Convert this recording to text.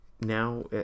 now